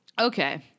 Okay